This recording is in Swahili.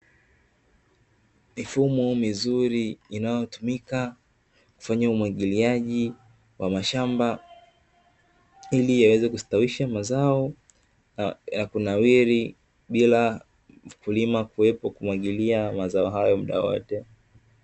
Mifumo mizuri inayotumika kufanya umwagiliaji wa mashamba, ili yaweze kustawisha mazao na kunawiri bila ya mkulima kuwepo kumwagilia mazao hayo muda wote.